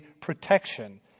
protection